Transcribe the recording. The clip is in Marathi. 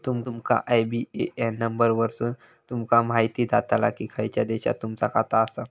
तुमच्या आय.बी.ए.एन नंबर वरसुन तुमका म्हायती जाताला की खयच्या देशात तुमचा खाता आसा